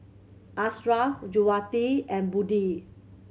Ashraff Juwita and Budi